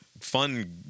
fun